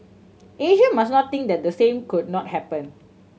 Asia must not think that the same could not happen